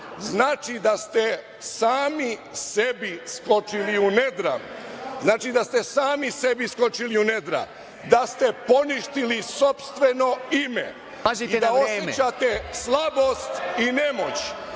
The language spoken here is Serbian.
Znači da ste sami sebi skočili u nedra, da ste poništili sopstveno ime i da osećate slabost i nemoć.